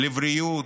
לבריאות,